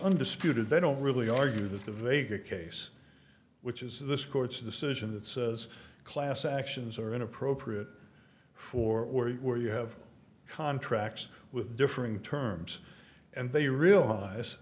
undisputed they don't really argue that the vega case which is this court's decision that says class actions are inappropriate for where you have contracts with differing terms and they realize